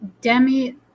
Demi